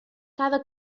cada